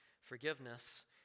forgiveness